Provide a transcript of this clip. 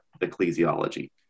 ecclesiology